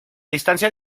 distancia